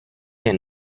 jen